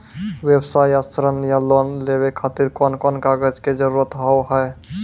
व्यवसाय ला ऋण या लोन लेवे खातिर कौन कौन कागज के जरूरत हाव हाय?